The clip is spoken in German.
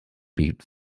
blieb